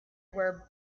were